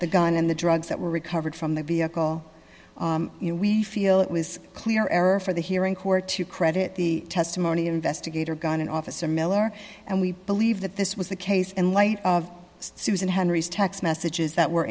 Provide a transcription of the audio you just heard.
the gun and the drugs that were recovered from the vehicle we feel it was clear error for the hearing court to credit the testimony of investigator gun and officer miller and we believe that this was the case in light of susan henry's text messages that were